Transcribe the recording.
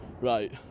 Right